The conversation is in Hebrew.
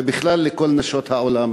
ובכלל לכל נשות העולם,